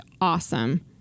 awesome